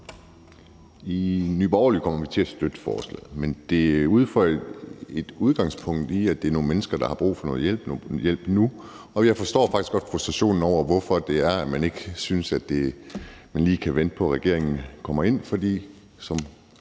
I Nye Borgerlige kommer vi til at støtte forslaget, og det er med det udgangspunkt, at der er nogle mennesker, der har brug for noget hjælp nu. Jeg forstår faktisk godt frustrationen over, at man ikke synes, at man lige kan vente på, at regeringen kommer ind. Nu vil